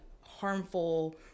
harmful